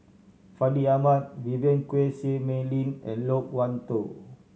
Fandi Ahmad Vivien Quahe Seah Mei Lin and Loke Wan Tho